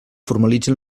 formalitzi